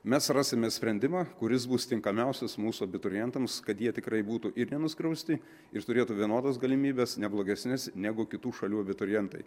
mes rasime sprendimą kuris bus tinkamiausias mūsų abiturientams kad jie tikrai būtų nenuskriausti ir turėtų vienodas galimybes ne blogesnes negu kitų šalių abiturientai